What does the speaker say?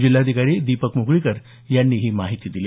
जिल्हाधिकारी दीपक मुगळीकर यांनी ही माहिती दिली